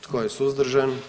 Tko je suzdržan?